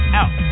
out